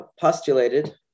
postulated